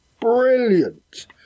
Brilliant